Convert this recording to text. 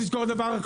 חייב להתערב.